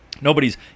Nobody's